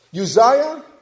Uzziah